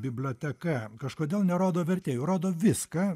biblioteka kažkodėl nerodo vertėjų rodo viską